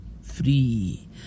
free